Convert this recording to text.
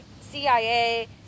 CIA